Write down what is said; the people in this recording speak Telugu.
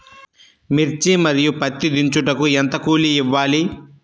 మిర్చి మరియు పత్తి దించుటకు ఎంత కూలి ఇవ్వాలి?